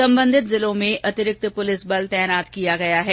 संबंधित जिलों में अतिरिक्त प्रलिस बल तैनात किया गया है